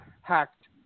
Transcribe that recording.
hacked